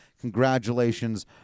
Congratulations